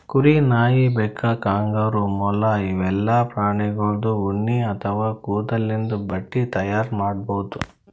ಕುರಿ, ನಾಯಿ, ಬೆಕ್ಕ, ಕಾಂಗರೂ, ಮೊಲ ಇವೆಲ್ಲಾ ಪ್ರಾಣಿಗೋಳ್ದು ಉಣ್ಣಿ ಅಥವಾ ಕೂದಲಿಂದ್ ಬಟ್ಟಿ ತೈಯಾರ್ ಮಾಡ್ಬಹುದ್